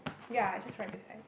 ya is just right beside